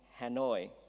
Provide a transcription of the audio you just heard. Hanoi